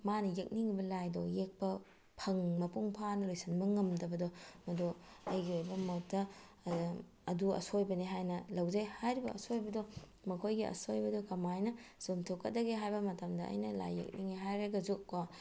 ꯃꯥꯅ ꯌꯦꯛꯅꯤꯡꯏꯕ ꯂꯥꯏꯗꯣ ꯌꯦꯛꯄ ꯃꯄꯨꯡ ꯐꯥꯅ ꯂꯣꯏꯁꯤꯟꯕ ꯉꯝꯗꯕꯗꯣ ꯃꯗꯣ ꯑꯩꯒꯤ ꯑꯣꯏꯕ ꯃꯣꯠꯇ ꯑꯗꯨ ꯑꯁꯣꯏꯕꯅꯦ ꯍꯥꯏꯅ ꯂꯧꯖꯩ ꯍꯥꯏꯔꯤꯕ ꯑꯁꯣꯏꯕꯗꯣ ꯃꯈꯣꯏꯒꯤ ꯑꯁꯣꯏꯕꯗꯣ ꯀꯃꯥꯏꯅ ꯆꯨꯝꯊꯣꯛꯀꯗꯒꯦ ꯍꯥꯏꯕ ꯃꯇꯝꯗ ꯑꯩꯅ ꯂꯥꯏ ꯌꯦꯛꯅꯤꯡꯉꯦ ꯍꯥꯏꯔꯒꯁꯨ ꯀꯣ